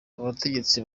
abategetsi